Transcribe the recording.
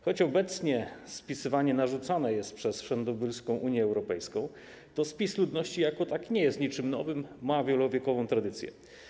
Choć obecnie spisywanie narzucone jest przez wszędobylską Unię Europejską, to spis ludności jako taki nie jest niczym nowym, ma wielowiekową tradycję.